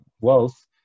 wealth